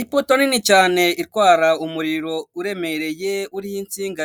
Ipoto nini cyane itwara umuriro uremereye, uriho insinga